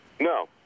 No